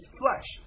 flesh